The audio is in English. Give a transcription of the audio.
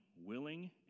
willing